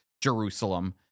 Jerusalem